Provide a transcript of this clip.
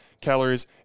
calories